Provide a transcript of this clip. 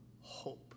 hope